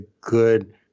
good